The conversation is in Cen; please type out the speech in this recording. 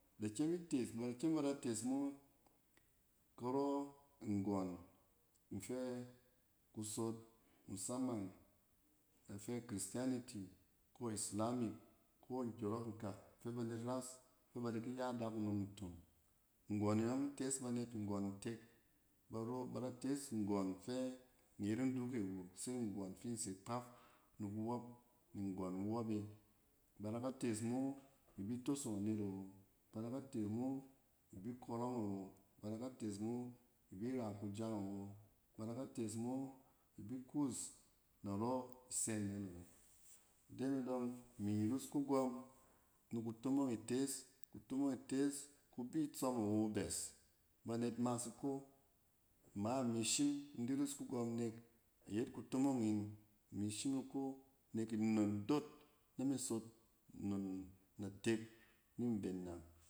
Da kyem itees bada kyem ba da tees mo karɔ nggɔn nfɛ kusot musamang a fɛ chrisitianity ko islamic ko kyɔrɔk nkak fɛ banet ras fɛ ba da ki ya adakunom ntong. Nggɔn e yɔng tees banet nggɔn ntek. Baro ba da tees nggɔn fɛ nyet ndule awo, se nggɔn finse kpaf ni kuwop, nggɔn iwɔp e. Ba da ka tees ma ibi tosong anet awo, ba da tees mo ibi kɔrɔng awo, ba da ka tees mo ibi ra kyang awo. Ba da ka tees. o ibi kus narɔ ise nɛn awo. Ide ne dɔng imi rus kugɔm ni kutomong itees. Kutomong itees. kubi itsɔm awo bɛs, banet mas iko ama imi shim in di rus kugɔm nek iyet kutomong in imi shim iko nek nnon dot nami sot nnon natek ni mben nang